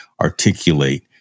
articulate